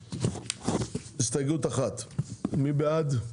הסתייגות 1. מי בעד?